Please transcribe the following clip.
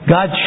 God